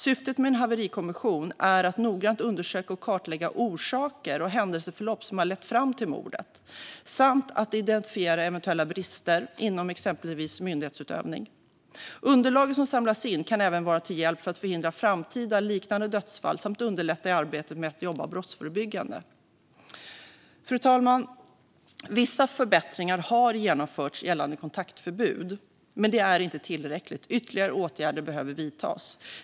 Syftet med en haverikommission är att noggrant undersöka och kartlägga orsaker och händelseförlopp som har lett fram till mordet samt att identifiera eventuella brister inom exempelvis myndighetsutövning. Underlaget som samlas in kan även vara till hjälp för att förhindra framtida liknande dödsfall samt underlätta i det brottsförebyggande arbetet. Fru talman! Vissa förbättringar har genomförts gällande kontaktförbud, men det är inte tillräckligt. Ytterligare åtgärder behöver vidtas.